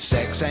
Sex